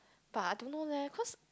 but I don't know leh cause